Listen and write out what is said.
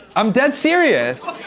i'm dead serious.